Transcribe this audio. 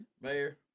Mayor